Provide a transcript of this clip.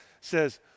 says